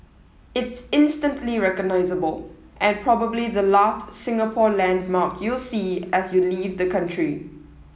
it's instantly recognisable and probably the last Singapore landmark you'll see as you leave the country